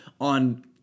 on